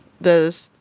the s~